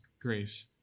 grace